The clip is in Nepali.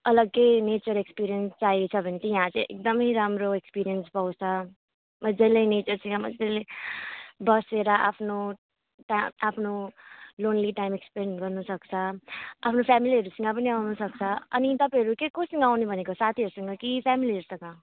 अलगै नेचर एक्सपिरियन्स चाहिएको छ भने चाहिँ यहाँ चाहिँ एकदमै राम्रो एक्सपिरियन्स पाउँछ मजाले नेचरसँग मजाले बसेर आफ्नो टा आफ्नो लोनली टाइम इस्पेन्ड गर्नुसक्छ आफ्नो फ्यामिलीहरूसँग पनि आउनुसक्छ अनि तपाईँहरू के कोसँग आउने भनेको साथीहरूसँग कि फ्यामिलीहरूसँग